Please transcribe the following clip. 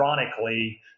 ironically